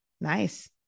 Nice